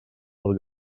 del